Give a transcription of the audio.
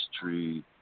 tree